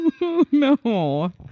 No